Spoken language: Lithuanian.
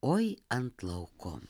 oi ant lauko